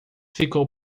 ficou